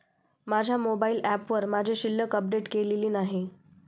माझ्या मोबाइल ऍपवर माझी शिल्लक अपडेट केलेली नाही